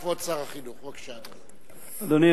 כבוד שר החינוך, בבקשה, אדוני.